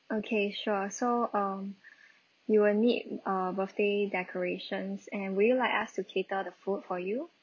okay sure so um you will need uh birthday decorations and would you like us to cater the food for you